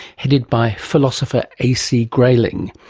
headed by philosopher ac grayling.